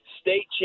state